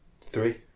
Three